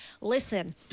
listen